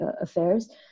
affairs